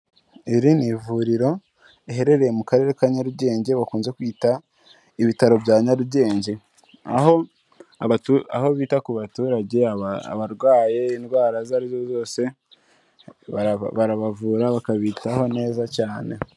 Iri ni ivuriro riherereye mu Karere ka Nyarugenge bakunze kwita ibitaro bya Nyarugenge. Aho bita ku baturage ,abarwaye indwara izo ari zo zose barabavura bakabitaho neza cyane.